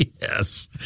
Yes